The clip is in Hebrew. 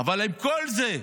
עם כל זה,